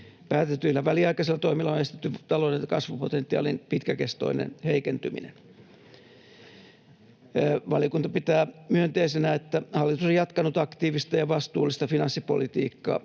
Päätetyillä väliaikaisilla toimilla on estetty talouden kasvupotentiaalin pitkäkestoinen heikentyminen. Valiokunta pitää myönteisenä, että hallitus on jatkanut aktiivista ja vastuullista finanssipolitiikkaa.